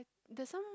there's some